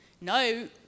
No